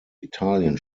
italien